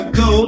go